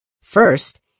First